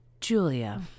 Julia